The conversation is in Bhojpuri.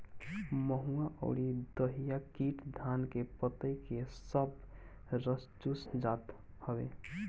महुआ अउरी दहिया कीट धान के पतइ के सब रस चूस जात हवे